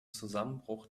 zusammenbruch